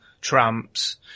tramps